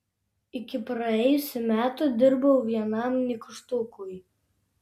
iki praėjusių metų dirbau vienam nykštukui